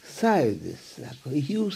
sąjūdis sako jūs